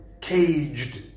caged